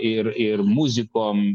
ir ir muzikom